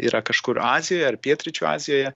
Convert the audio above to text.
yra kažkur azijoje ar pietryčių azijoje